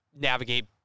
navigate